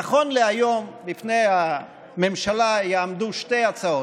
נכון להיום, בפני הממשלה תעמודנה שתי הצעות: